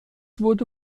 wurde